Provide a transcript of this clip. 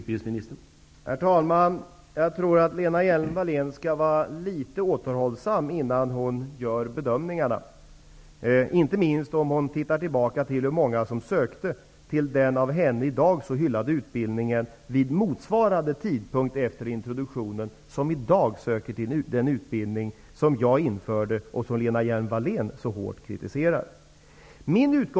Herr talman! Jag tror att Lena Hjelm-Wallén skall vara litet återhållsam när hon gör sina bedömningar. Det gäller inte minst om hon ser tillbaka på hur många som sökte till den av henne i dag så hyllade utbildningen vid motsvarande tidpunkt efter introduktionen, och jämför med hur många som i dag söker till den utbildning som jag införde och som Lena Hjelm-Wallén så hårt kritiserar.